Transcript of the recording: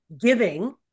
giving